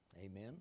Amen